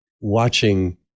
watching